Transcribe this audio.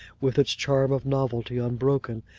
with its charm of novelty unbroken,